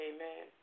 Amen